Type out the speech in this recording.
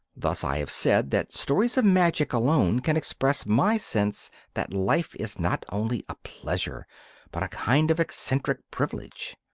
thus i have said that stories of magic alone can express my sense that life is not only a pleasure but a kind of eccentric privilege.